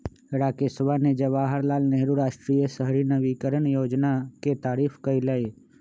राकेशवा ने जवाहर लाल नेहरू राष्ट्रीय शहरी नवीकरण योजना के तारीफ कईलय